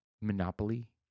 Monopoly